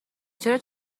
چرا